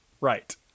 Right